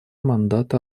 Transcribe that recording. мандата